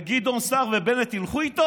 וגדעון סער ובנט ילכו איתו?